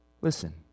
Listen